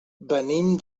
venim